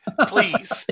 please